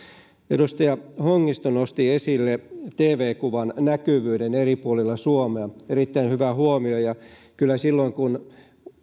edustaja hongisto nosti esille tv kuvan näkyvyyden eri puolilla suomea erittäin hyvä huomio ja kyllä silloin kun